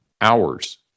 hours